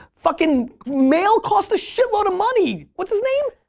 fuckin' mail costs a shitload of money. what's his name?